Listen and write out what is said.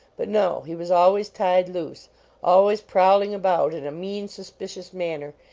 but no he was always tied loose always prowling about in a mean, suspicious manner,